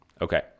Okay